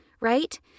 right